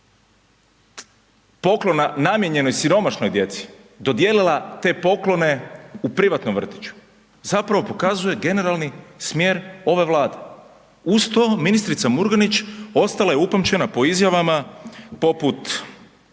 poklona namijenjenog siromašnoj djeci dodijelila te poklone u privatnom vrtiću zapravo prokazuje generalni smjer ove Vlade. Uz to ministrica Murganić ostala je upamćena po izjavama poput